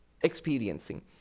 experiencing